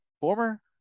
former